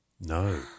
No